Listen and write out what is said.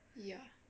ya